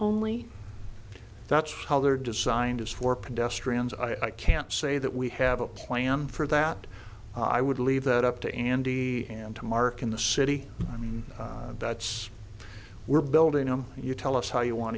only that's how they're designed as for pedestrians i can't say that we have a plan for that i would leave that up to andy and to mark in the city i mean that's we're building them you tell us how you want